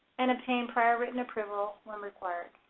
and obtain prior written approval, when required.